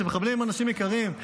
שמחבלים הם אנשים יקרים,